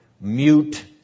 mute